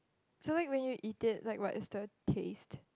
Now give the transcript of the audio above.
so like when you eat it like what is the taste